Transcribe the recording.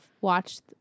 watched